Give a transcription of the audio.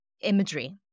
imagery